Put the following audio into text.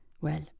Well